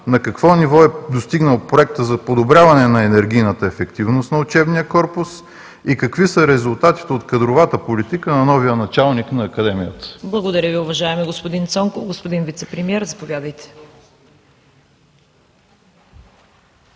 На какво ниво е достигнал проектът за подобряване на енергийната ефективно на учебния корпус и какви са резултатите от кадровата политика на новия началник на Академията? ПРЕДСЕДАТЕЛ ЦВЕТА КАРАЯНЧЕВА: Благодаря Ви, уважаеми господин Цонков. Господин Вицепремиер, заповядайте.